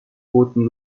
booten